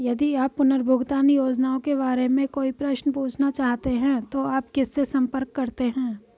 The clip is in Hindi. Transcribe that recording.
यदि आप पुनर्भुगतान योजनाओं के बारे में कोई प्रश्न पूछना चाहते हैं तो आप किससे संपर्क करते हैं?